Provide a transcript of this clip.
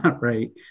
Right